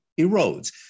erodes